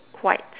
white